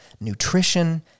nutrition